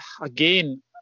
again